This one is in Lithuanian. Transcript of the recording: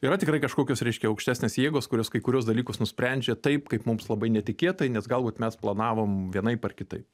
yra tikrai kažkokios reiškia aukštesnės jėgos kurios kai kuriuos dalykus nusprendžia taip kaip mums labai netikėtai nes galbūt mes planavom vienaip ar kitaip